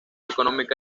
económica